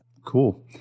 Cool